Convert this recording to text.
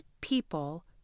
people